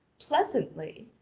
pleasantly?